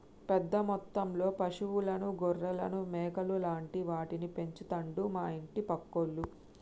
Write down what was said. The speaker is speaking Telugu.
పెద్ద మొత్తంలో పశువులను గొర్రెలను మేకలు లాంటి వాటిని పెంచుతండు మా ఇంటి పక్కోళ్లు